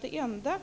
Det enda